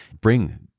bring